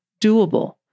doable